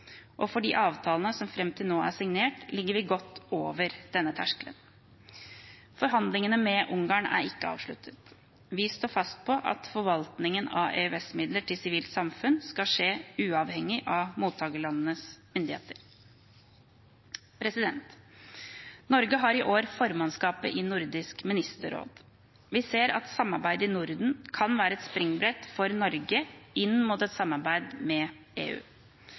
For de avtalene som fram til nå er signert, ligger vi godt over denne terskelen. Forhandlingene med Ungarn er ikke avsluttet. Vi står fast på at forvaltningen av EØS-midler til sivilt samfunn skal skje uavhengig av mottakerlandets myndigheter. Norge har i år formannskapet i Nordisk ministerråd. Vi ser at samarbeidet i Norden kan være et springbrett for Norge inn mot et samarbeid med EU.